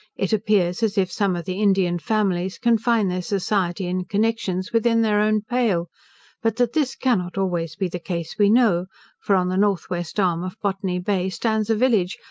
it appears as if some of the indian families confine their society and connections within their own pale but that this cannot always be the case we know for on the north-west arm of botany bay stands a village,